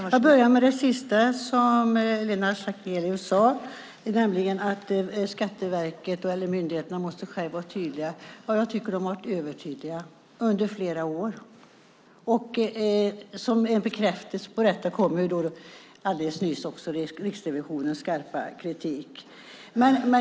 Fru talman! Jag börjar med det sista som Lennart Sacrédeus sade, nämligen att skattemyndigheterna själva måste vara tydliga. Jag tycker att de har varit övertydliga i flera år. Som en bekräftelse på detta kom alldeles nyss Riksrevisionens skarpa kritik.